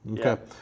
Okay